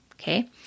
Okay